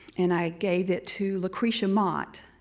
and i gave it to lucretia mott